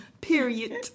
Period